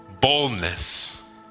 boldness